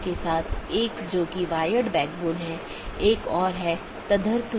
एक चीज जो हमने देखी है वह है BGP स्पीकर